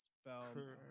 spell